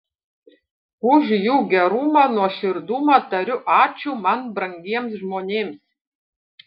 už jų gerumą nuoširdumą tariu ačiū man brangiems žmonėms